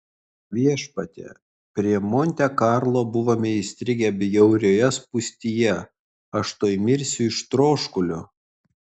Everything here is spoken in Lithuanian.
viešpatie prie monte karlo buvome įstrigę bjaurioje spūstyje aš tuoj mirsiu iš troškulio